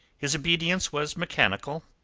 his obedience was mechanical,